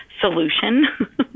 solution